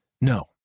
No